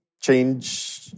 change